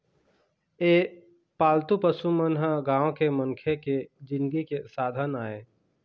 ए पालतू पशु मन ह गाँव के मनखे के जिनगी के साधन आय